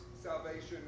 salvation